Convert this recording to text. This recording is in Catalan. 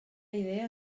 idea